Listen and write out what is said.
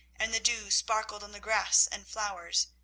and the dew sparkled on the grass and flowers,